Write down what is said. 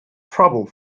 trouble